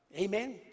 Amen